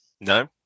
No